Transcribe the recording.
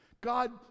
God